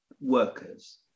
workers